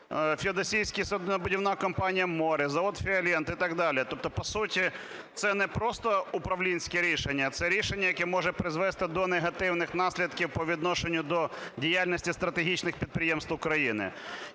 феодосійська суднобудівна компанія "Море", завод "Фіолент" і так далі. Тобто, по суті це не просто управлінське рішення, а це рішення, яке може призвести до негативних наслідків по відношенню до діяльності стратегічних підприємств України.